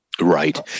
Right